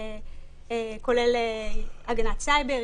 כולל הגנת סייבר,